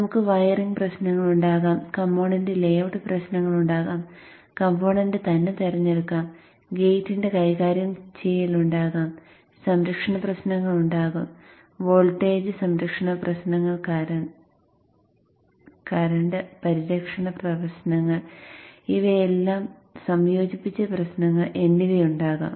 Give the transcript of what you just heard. നമുക്ക് വയറിംഗ് പ്രശ്നങ്ങൾ ഉണ്ടാകാം കംപോണന്റ് ലേഔട്ട് പ്രശ്നങ്ങൾ ഉണ്ടാകാം കംപോണന്റ് തന്നെ തിരഞ്ഞെടുക്കാം ഗേറ്റിന്റെ കൈകാര്യം ചെയ്യൽ ഉണ്ടാകാം സംരക്ഷണ പ്രശ്നങ്ങൾ ഉണ്ടാകും വോൾട്ടേജ് സംരക്ഷണ പ്രശ്നങ്ങൾ കറന്റ് പരിരക്ഷണ പ്രശ്നങ്ങൾ ഇവയെല്ലാം സംയോജിപ്പിച്ച പ്രശ്നങ്ങൾ എന്നിവയുണ്ടാകാം